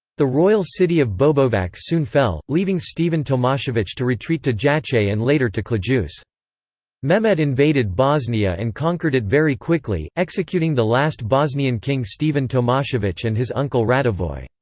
the royal city of bobovac soon fell, leaving stephen tomasevic to retreat to jajce and later to kljuc. mehmed invaded bosnia and conquered it very quickly, executing the last bosnian king stephen tomasevic and his uncle radivoj.